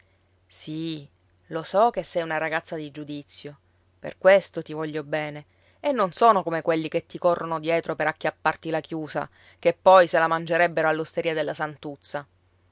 sì lo so che sei una ragazza di giudizio per questo ti voglio bene e non sono come quelli che ti corrono dietro per acchiapparti la chiusa che poi se la mangerebbero all'osteria della santuzza